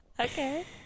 Okay